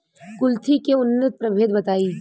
कुलथी के उन्नत प्रभेद बताई?